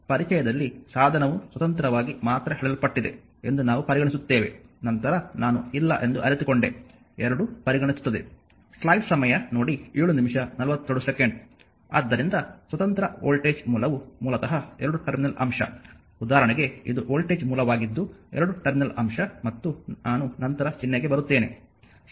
ಆದ್ದರಿಂದ ಪರಿಚಯದಲ್ಲಿ ಸಾಧನವು ಸ್ವತಂತ್ರವಾಗಿ ಮಾತ್ರ ಹೇಳಲ್ಪಟ್ಟಿದೆ ಎಂದು ನಾವು ಪರಿಗಣಿಸುತ್ತೇವೆ ನಂತರ ನಾನು ಇಲ್ಲ ಎಂದು ಅರಿತುಕೊಂಡೆ ಎರಡೂ ಪರಿಗಣಿಸುತ್ತದೆ ಆದ್ದರಿಂದ ಸ್ವತಂತ್ರ ವೋಲ್ಟೇಜ್ ಮೂಲವು ಮೂಲತಃ ಎರಡು ಟರ್ಮಿನಲ್ ಅಂಶ ಉದಾಹರಣೆಗೆ ಇದು ವೋಲ್ಟೇಜ್ ಮೂಲವಾಗಿದ್ದು ಎರಡು ಟರ್ಮಿನಲ್ ಅಂಶ ಮತ್ತು ನಾನು ನಂತರ ಚಿಹ್ನೆಗೆ ಬರುತ್ತೇನೆ